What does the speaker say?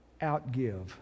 outgive